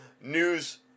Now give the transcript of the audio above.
news